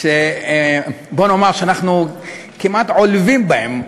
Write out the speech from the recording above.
שבואו נאמר שאנחנו כמעט עולבים בהם,